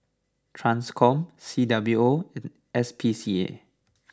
Transcom C W O and S P C A